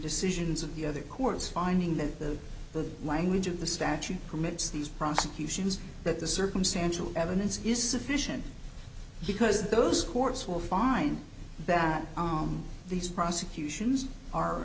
decisions of the other courts finding that the the language of the statute permits these prosecutions that the circumstantial evidence is sufficient because those courts will find that arm these prosecutions are